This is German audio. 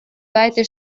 weite